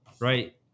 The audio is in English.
right